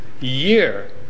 year